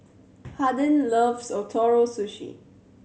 Hardin loves Ootoro Sushi